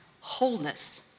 wholeness